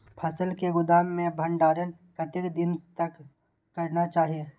फसल के गोदाम में भंडारण कतेक दिन तक करना चाही?